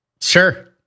sure